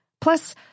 Plus